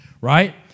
right